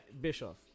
Bischoff